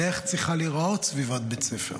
איך צריכה להיראות סביבת בית ספר.